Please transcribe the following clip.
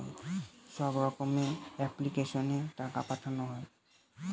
সব রকমের এপ্লিক্যাশনে টাকা পাঠানো হয়